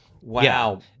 Wow